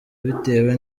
bitewe